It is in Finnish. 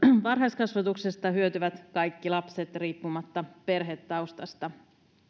varhaiskasvatuksesta hyötyvät kaikki lapset riippumatta perhetaustasta